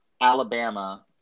Alabama